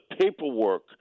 paperwork